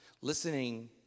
Listening